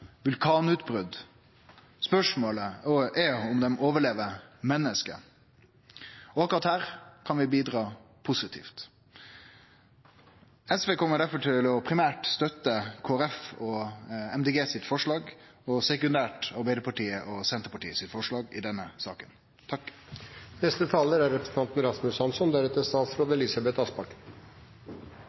vulkanutbrot. Spørsmålet er om dei overlever mennesket. Akkurat her kan vi bidra positivt. SV kjem derfor primært til å støtte Kristeleg Folkeparti og Miljøpartiet Dei Grøne sine forslag og sekunderært Arbeidarpartiet og Senterpartiet sitt forslag i denne saka. Verdens bestander av dyrearter er